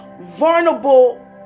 vulnerable